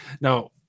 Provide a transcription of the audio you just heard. Now